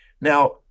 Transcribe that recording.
Now